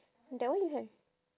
that one you had